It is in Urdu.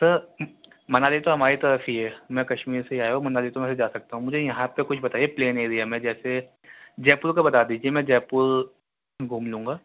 سر منالی تو ہماری طرف ہی ہے میں کشمیر سے آیا ہوں منالی تو میں ایسے ہی جا سکتا ہوں مجھے یہاں پہ کچھ بتائیے پلین ایریا میں جیسے جےپور کا بتا دیجیے میں جےپور گھوم لوں گا